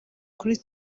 kuri